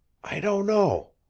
i don't know.